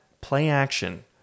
play-action